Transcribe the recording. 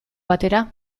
batera